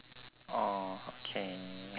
!aww! okay